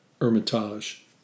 Hermitage